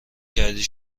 کردی